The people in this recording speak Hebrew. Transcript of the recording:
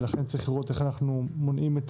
ולכן צריך לראות איך אנחנו מונעים את